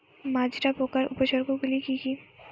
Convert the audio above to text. মাজরা পোকার উপসর্গগুলি কি কি?